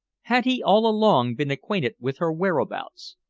had he all along been acquainted with her whereabouts?